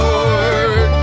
Lord